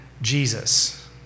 Jesus